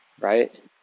right